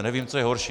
Nevím, co je horší.